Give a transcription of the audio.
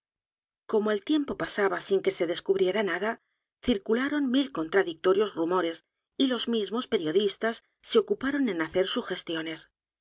como el tiempo pasaba sin que se descubriera nada circularon mil contradictorios rumores y los mismos periodistas se ocuparon en hacer sugestiones